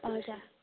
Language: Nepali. हजुर